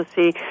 see